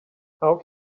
how